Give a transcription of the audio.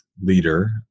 leader